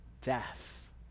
death